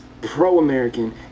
pro-American